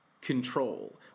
control